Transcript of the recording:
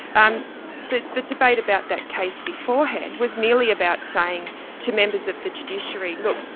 um the the debate about that case beforehand was merely about saying to members of the judiciary, look,